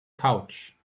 couch